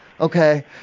Okay